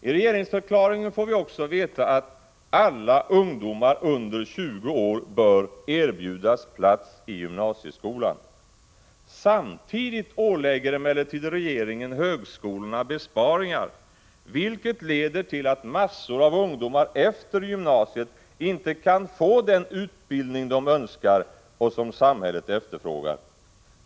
I regeringsförklaringen får vi också veta att alla ungdomar under 20 år bör erbjudas plats i gymnasieskolan. Samtidigt ålägger emellertid regeringen högskolorna besparingar, vilket leder till att massor av ungdomar efter gymnasiet inte kan få den utbildning de önskar och som samhället efterfrå gar.